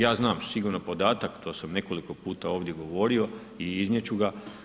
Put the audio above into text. Ja znam sigurno podatak, to sam nekoliko puta ovdje govorio i iznijet ću ga.